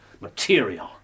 material